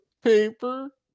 paper